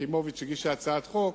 יחימוביץ הגישה הצעת חוק,